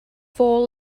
four